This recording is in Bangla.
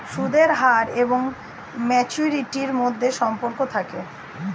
সুদের হার এবং ম্যাচুরিটির মধ্যে সম্পর্ক থাকে